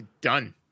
Done